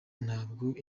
ntabwo